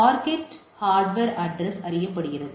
target hardware address அறியப்படுகிறது